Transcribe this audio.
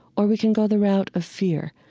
or we can go the route of fear.